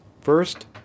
First